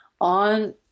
on